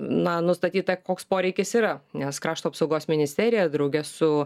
na nustatyta koks poreikis yra nes krašto apsaugos ministerija drauge su